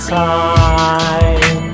time